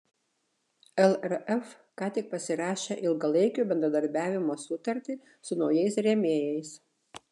lrf ką tik pasirašė ilgalaikio bendradarbiavimo sutartį su naujais rėmėjais